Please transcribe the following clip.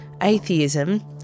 Atheism